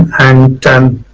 and um